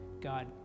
God